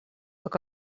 как